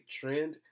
trend